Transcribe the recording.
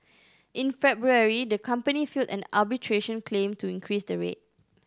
in February the company filed an arbitration claim to increase the rate